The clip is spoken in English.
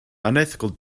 unethical